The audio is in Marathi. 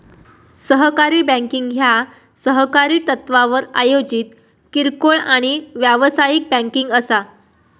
सहकारी बँकिंग ह्या सहकारी तत्त्वावर आयोजित किरकोळ आणि व्यावसायिक बँकिंग असा